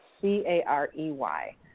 C-A-R-E-Y